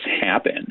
happen